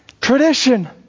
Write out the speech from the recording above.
Tradition